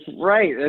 right